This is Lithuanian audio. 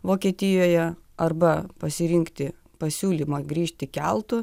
vokietijoje arba pasirinkti pasiūlymą grįžti keltu